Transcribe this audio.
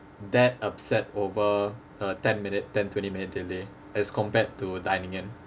that upset over a ten minute ten twenty minute delay as compared to dining in